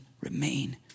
remain